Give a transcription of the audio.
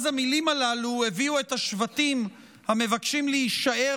אז המילים הללו הביאו את השבטים המבקשים להישאר